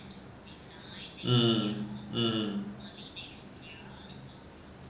mm mm